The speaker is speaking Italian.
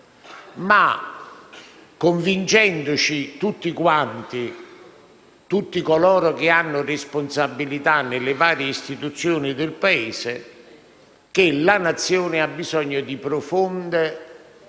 ma convincendoci tutti quanti, tutti coloro che hanno responsabilità nelle varie istituzioni del Paese, che la Nazione ha bisogno di profonde